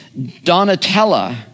Donatella